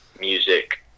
music